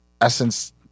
essence